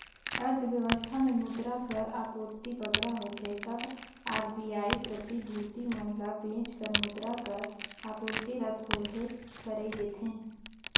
अर्थबेवस्था में मुद्रा कर आपूरति बगरा होथे तब आर.बी.आई प्रतिभूति मन ल बेंच कर मुद्रा कर आपूरति ल थोरहें कइर देथे